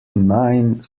nine